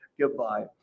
goodbye